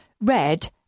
Red